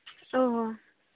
ᱚᱻ